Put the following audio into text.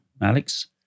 alex